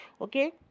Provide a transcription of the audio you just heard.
Okay